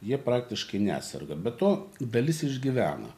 jie praktiškai neserga be to dalis išgyvena